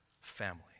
family